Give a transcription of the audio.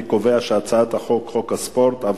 אני קובע שהצעת חוק הספורט (תיקון,